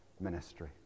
ministry